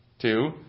two